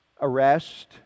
arrest